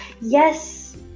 Yes